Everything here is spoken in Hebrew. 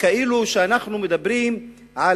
וכאילו אנחנו מדברים על,